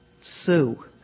sue